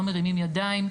לא מרימים ידיים",